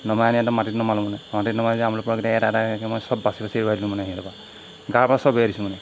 নমাই আনি একদম মাটিত নমালোঁ মানে মাটিত নমাই লৈ আমলৰি পৰুৱাকেইটা এটা এটা মই চব বাচি বাচি এৰুৱাই দিলোঁ মানে সিহঁতৰ পৰা গাৰ পৰা চব এৰুৱাই দিছোঁ মানে